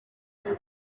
leta